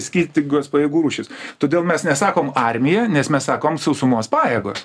skirtingos pajėgų rūšys todėl mes nesakom armija nes mes sakom sausumos pajėgos